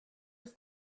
dass